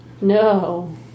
No